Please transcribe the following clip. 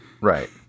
Right